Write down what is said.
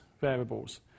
variables